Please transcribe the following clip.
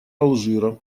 алжира